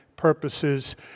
purposes